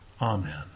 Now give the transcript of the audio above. Amen